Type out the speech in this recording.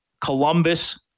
Columbus